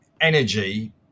energy